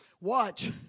Watch